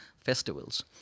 festivals